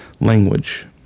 language